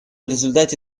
результате